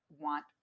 want